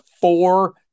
four